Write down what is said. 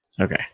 Okay